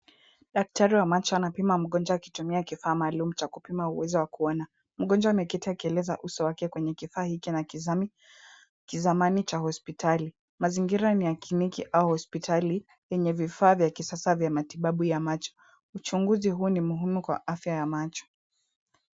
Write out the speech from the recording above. Daktari wa macho anapima mgonjwa akitumia kifaa maalum cha kupia uwezo wa kuona. Mgonjwa ameketi akieleza uso wake kwenye kifaa hiki na kizamani cha hospitali. Mazingira ni ya klinki au hospitali, yenye vifaa vya kisasa vya macho. Uchunguzi huu ni muhimu kwa afya ya macho.